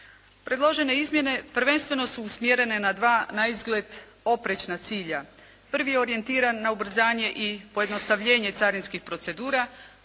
Predložene izmjene prvenstveno su usmjerene na dva naizgled oprečna cilja. Prvi je orijentiran na ubrzanje i pojednostavljenje carinskih procedura,